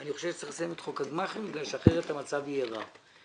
אני חושב צריך לסיים את חוק הגמ"חים בגלל שאחרת המצב יהיה רע.